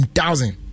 thousand